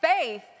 Faith